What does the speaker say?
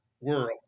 world